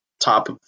top